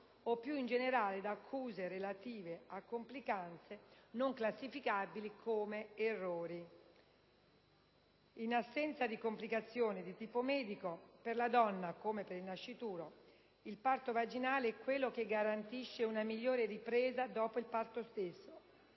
o più in generale da accuse relative a complicanze non classificabili come errori. In assenza di complicazioni di tipo medico, per la donna come per il nascituro, il parto vaginale è quello che garantisce una miglior ripresa dopo il parto stesso,